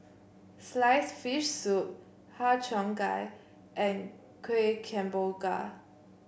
sliced fish soup Har Cheong Gai and Kuih Kemboja